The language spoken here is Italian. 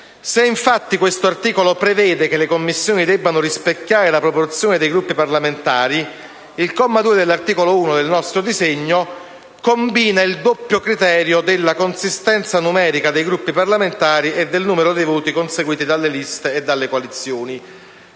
Se, infatti, questo articolo prevede che le Commissioni debbano rispecchiare la proporzione dei Gruppi parlamentari, il comma 2 dell'articolo 1 del disegno di legge in esame combina il doppio criterio della consistenza numerica dei Gruppi parlamentari e del numero dei voti conseguiti dalle liste e dalle coalizioni,